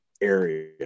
area